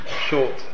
short